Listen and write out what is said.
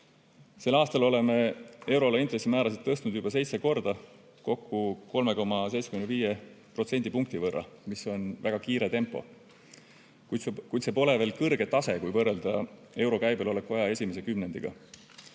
Sel aastal oleme euroala intressimäärasid tõstnud juba seitse korda, kokku 3,75 protsendipunkti võrra, mis on väga kiire tempo. Kuid see pole veel kõrge tase, kui võrrelda euro käibel oleku aja esimese kümnendiga.